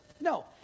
No